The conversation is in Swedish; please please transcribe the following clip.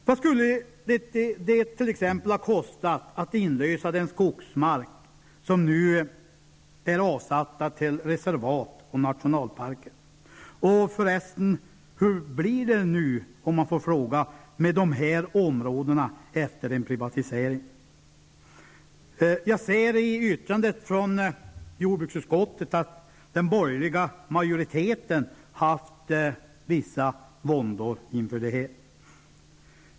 Vad skulle det t.ex. ha kostat att inlösa den skogsmark som nu är avsatt till reservat och nationalparker? Hur blir det förresten med de områdena efter en privatisering? Jag ser i yttrandet från jordbruksutskottet att den borgerliga majoriteten haft vissa våndor inför det här.